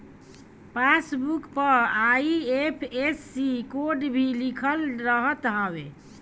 passbook पअ IFSC code भी लिखल रहत हवे